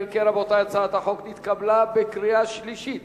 אם כן, רבותי, הצעת החוק נתקבלה בקריאה שלישית